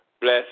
bless